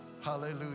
Hallelujah